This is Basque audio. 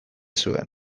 zuen